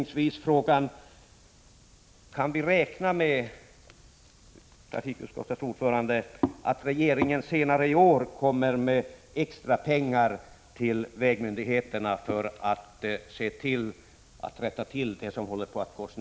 Sådan är verkligheten, Kurt Hugosson.